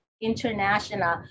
international